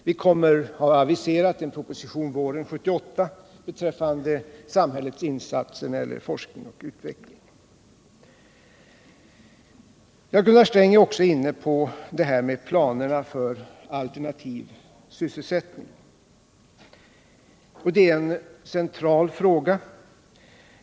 Vi har vidare aviserat en proposition till våren 1978 beträffande samhällets insatser när det gäller forskning och utveckling. Gunnar Sträng var också inne på planerna för alternativ sysselsättning. Det är en central fråga.